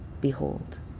Behold